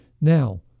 Now